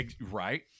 Right